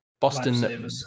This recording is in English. Boston